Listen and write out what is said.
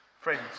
Friends